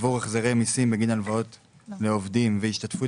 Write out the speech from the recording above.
עבור החזרי מסים בגין הלוואות לעובדים והשתתפות